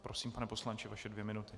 Prosím, pane poslanče, vaše dvě minuty.